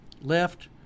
left